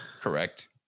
Correct